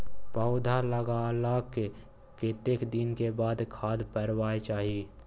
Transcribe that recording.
पौधा लागलाक कतेक दिन के बाद खाद परबाक चाही?